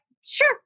sure